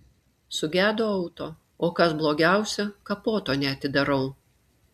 sugedo auto o kas blogiausia kapoto neatidarau